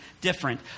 different